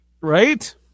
Right